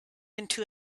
into